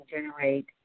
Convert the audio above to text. generate